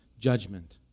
judgment